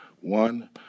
one